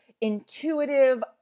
intuitive